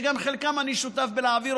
שאת חלקם גם אני שותף בלהעביר,